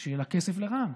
של הכסף לרע"מ,